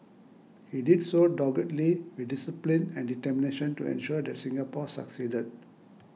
he did so doggedly with discipline and determination to ensure that Singapore succeeded